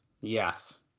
Yes